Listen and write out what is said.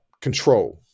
control